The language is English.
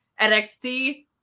NXT